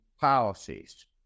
policies